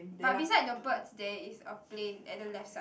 but beside the birds there is a plane at the left side